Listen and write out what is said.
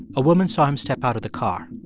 a woman saw him step out of the car.